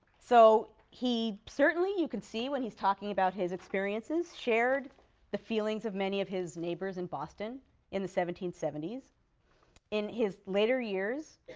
so he certainly, you can see when he's talking about his experiences shared the feelings of many of his neighbors in boston in the seventeen seventy in his later years,